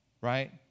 right